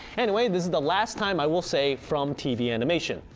anyway this is the last time i will say from tv animation,